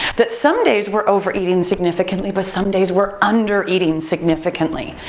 that some days we're overeating significantly but some days we're under-eating significantly.